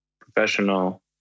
professional